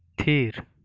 ᱛᱷᱤᱨ